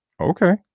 Okay